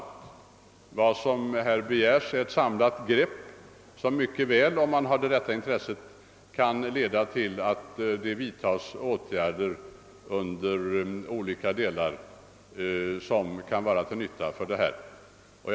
Vad som begärs är ett samlat grepp som mycket väl, om man har det rätta intresset, kan leda till att det vidtas åtgärder i olika avseenden, vilka kan vara till nytta på detta område.